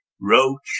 roach